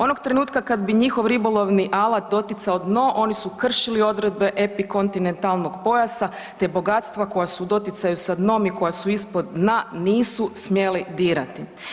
Onog trenutka kad bi njihov ribolovni alat doticao dno, oni su kršili odredbe epikontinentalnog pojasa te bogatstva koja su u doticaju sa dnom i koja su ispod dna, nisu smjeli dirati.